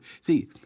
see